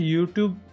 YouTube